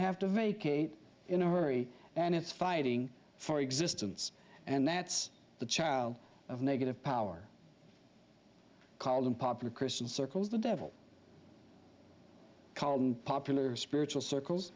to have to vacate in a hurry and it's fighting for existence and that's the child of negative power call and popular christian circles the devil called popular spiritual circles